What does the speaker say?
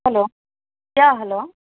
hello ya hello